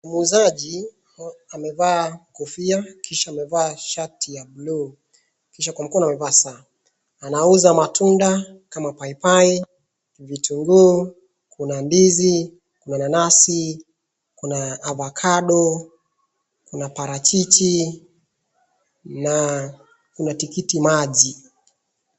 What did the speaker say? Muuzaji amevaa kofia kisha amevaa shati ya bluu kisha kwa mkono amevaa saa. Anauza matunda kama paipai, vitunguu, kuna ndizi, kuna nanasi, kuna avacado, kuna parachichi na kuna tikitimaji.